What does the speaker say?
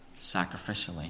sacrificially